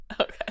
Okay